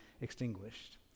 extinguished